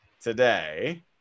today